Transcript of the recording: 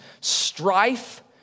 strife